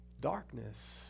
darkness